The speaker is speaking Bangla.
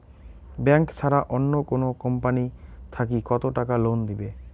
ব্যাংক ছাড়া অন্য কোনো কোম্পানি থাকি কত টাকা লোন দিবে?